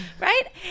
right